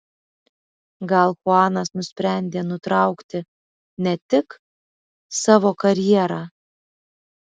gal chuanas nusprendė nutraukti ne tik savo karjerą